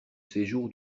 séjour